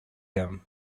him